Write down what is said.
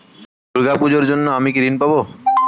দুর্গা পুজোর জন্য কি আমি ঋণ পাবো?